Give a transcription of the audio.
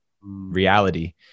reality